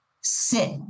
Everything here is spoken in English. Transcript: Sit